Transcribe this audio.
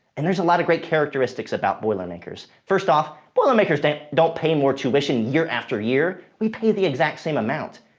and there's a lot of great characteristics about boilermakers. first off, boilermakers don't don't pay more tuition year after year. we pay the exact same amount.